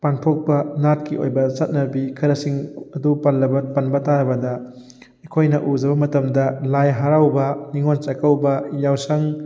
ꯄꯥꯡꯊꯣꯛꯄ ꯅꯥꯠꯀꯤ ꯑꯣꯏꯕ ꯆꯠꯅꯕꯤ ꯈꯔꯁꯤꯡ ꯑꯗꯨ ꯄꯜꯂꯕ ꯄꯟꯕ ꯇꯥꯔꯕꯗ ꯑꯩꯈꯣꯏꯅ ꯎꯖꯕ ꯃꯇꯝꯗ ꯂꯥꯏ ꯍꯔꯥꯎꯕ ꯅꯤꯉꯣꯜ ꯆꯥꯛꯀꯧꯕ ꯌꯥꯎꯁꯪ